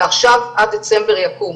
ועכשיו עד דצמבר יקומו